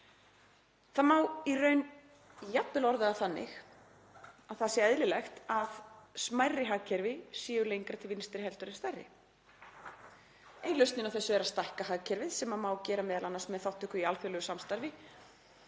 Það má í raun jafnvel orða það þannig að það sé eðlilegt að smærri hagkerfi séu lengra til vinstri en stærri. Ein lausnin á þessu er að stækka hagkerfið, sem má m.a. gera með þátttöku í alþjóðlegu samstarfi